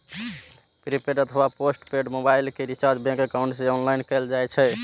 prepaid अथवा postpaid mobile के recharge bank account सं ऑनलाइन कैल जा सकै छै